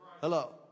Hello